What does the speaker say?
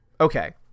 Okay